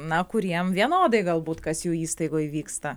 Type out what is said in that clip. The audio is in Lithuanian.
na kuriem vienodai galbūt kas jų įstaigoj vyksta